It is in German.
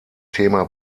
thema